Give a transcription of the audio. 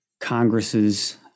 Congress's